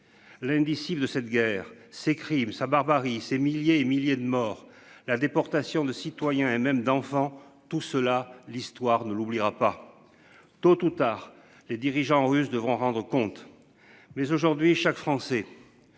L'indicible de cette guerre ces crimes sa barbarie ces milliers et milliers de morts, la déportation de citoyens et même d'enfants tout cela. L'histoire ne l'oubliera pas. Tôt ou tard les dirigeants russes devront rendre compte. Mais aujourd'hui, chaque Français.